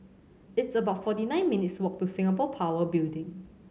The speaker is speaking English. it's about forty nine minutes' walk to Singapore Power Building